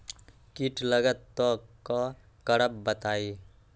कीट लगत त क करब बताई?